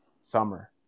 summer